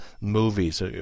movies